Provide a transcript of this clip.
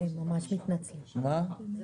בבקשה.